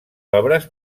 obres